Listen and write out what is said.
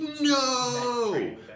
no